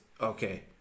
okay